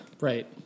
Right